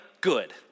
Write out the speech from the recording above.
good